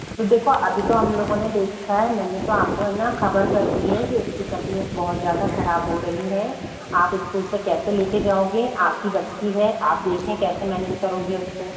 तो देखो अभी तो हम लोगों ने देखा है मैंने तो आपको है ना खबर कर दी है कि उसकी तबियत बहुत ज़्यादा खराब हो रही है आप स्कूल से कैसे लेके जाओगे आपकी बच्ची है आप देखें कैसे मैनेज करोगे उसको